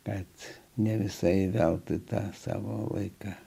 bet ne visai veltui tą savo laiką